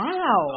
Wow